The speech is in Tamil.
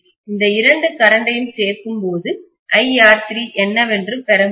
இந்த இரண்டு கரண்ட்டையும் சேர்க்கும்போது iR3 என்னவென்று பெற முடியும்